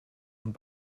und